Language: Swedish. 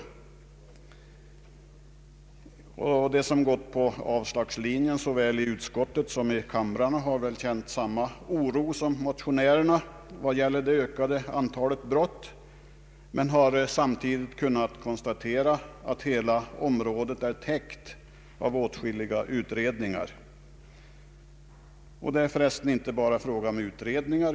De som biträtt avslagslinjen såväl inom utskott som kamrar har väl känt samma oro som motionärerna när det gäller det ökade antalet brott men har samtidigt kunnat konstatera att hela området är täckt av åtskilliga utredningar. Det är förresten inte bara fråga om utredningar.